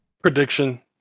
Prediction